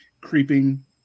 creeping